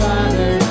Father